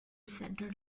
center